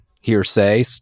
hearsay